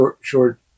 short